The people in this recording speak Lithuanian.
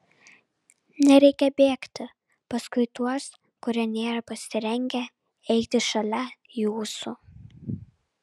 nereikia bėgti paskui tuos kurie nėra pasirengę eiti šalia jūsų